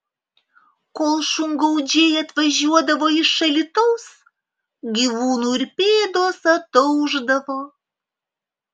kol šungaudžiai atvažiuodavo iš alytaus gyvūnų ir pėdos ataušdavo